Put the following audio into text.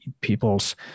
people's